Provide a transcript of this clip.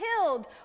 killed